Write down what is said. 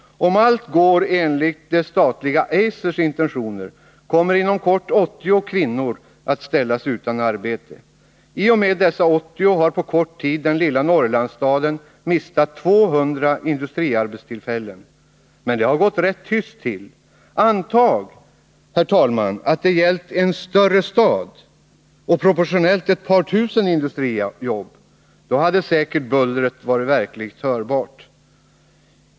Om allt går enligt det statliga Eisers intentioner kommer inom kort 80 kvinnor att ställas utan arbete. I och med friställandet av dessa 80 har på kort tid denna lilla Norrlandsstad mistat 200 industriarbetstillfällen. Men det har gått rätt tyst till. Antag, herr talman, att det gällt en större stad och proportionellt ett par tusen industrijobb. Då hade säkert bullret varit verkligt hörbart.